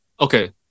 Okay